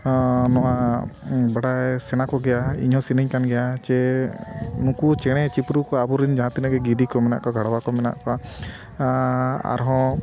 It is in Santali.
ᱱᱚᱣᱟ ᱵᱟᱰᱟᱭ ᱥᱟᱱᱟ ᱠᱚᱜᱮᱭᱟ ᱤᱧ ᱦᱚᱸ ᱥᱟᱱᱟᱧ ᱠᱟᱱ ᱜᱮᱭᱟ ᱥᱮ ᱱᱩᱠᱩ ᱪᱮᱬᱮ ᱪᱤᱯᱨᱩ ᱠᱚ ᱟᱵᱚᱨᱮᱱ ᱡᱟᱦᱟᱸ ᱛᱤᱱᱟᱹᱜ ᱜᱮ ᱜᱤᱫᱤ ᱠᱚ ᱢᱮᱱᱟᱜ ᱠᱚᱣᱟ ᱜᱟᱲᱣᱟ ᱠᱚ ᱢᱮᱱᱟᱜ ᱠᱚᱣᱟ ᱟᱨᱦᱚᱸ